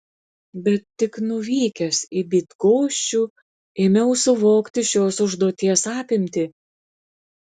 bet tik nuvykęs į bydgoščių ėmiau suvokti šios užduoties apimtį